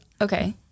Okay